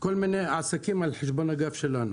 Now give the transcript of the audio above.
כל מיני עסקים על חשבון הגב שלנו.